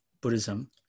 buddhism